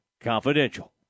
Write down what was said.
Confidential